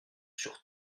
sur